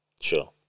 Sure